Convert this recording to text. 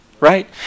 right